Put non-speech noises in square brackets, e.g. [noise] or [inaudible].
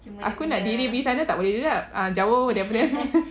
aku nak diri pergi sana tak boleh juga ah jauh daripada [laughs]